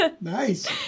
Nice